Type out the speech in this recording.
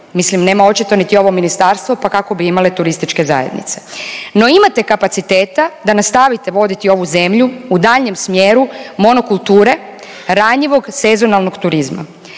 Mislim, nema očito niti ovo Ministarstvo, pa kako bi imale turističke zajednice? No, imate kapaciteta da nastavite voditi ovu zemlju u daljnjem smjeru monokulture ranjivog sezonalnog turizma.